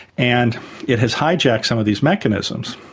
and it has hijacked some of these mechanisms.